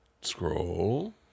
Scroll